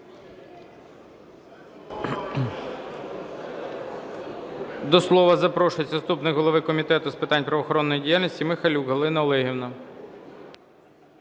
До слова запрошується заступник голови Комітету з питань правоохоронної діяльності Михайлюк Галина Олегівна.